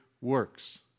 works